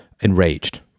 enraged